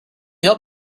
help